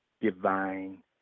divine